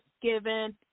given